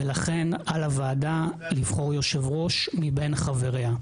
ולכן, על הוועדה לבחור יושב-ראש מבין חבריה.